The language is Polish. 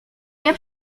nie